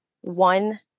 one